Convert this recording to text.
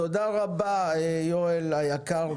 תודה רבה, יואל היקר.